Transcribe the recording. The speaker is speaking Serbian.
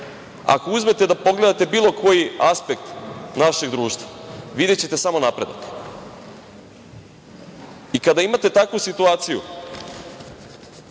Ako uzmete da pogledate bilo koji aspekt našeg društva, videćete samo napredak. Kada imate takvu situaciju